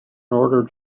order